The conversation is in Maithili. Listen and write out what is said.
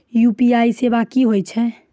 यु.पी.आई सेवा की होय छै?